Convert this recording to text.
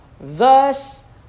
Thus